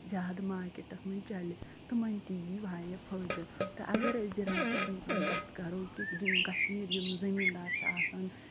زیادٕ مارکٮ۪ٹس منٛز چَلہِ تِمن تہِ یی وارِیاہ فٲہدٕ تہٕ اگر أسۍ زِراتس متعلق کَتھ کَرو کہِ دُ کشمیٖر یِم زٔمیٖن دار چھِ آسان